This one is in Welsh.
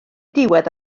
diwedd